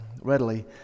readily